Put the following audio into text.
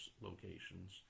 locations